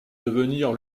devenir